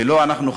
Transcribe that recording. ולא אנחנו,